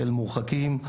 של מורחקים,